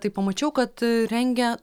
tai pamačiau kad rengia